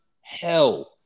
hell